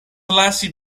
lasi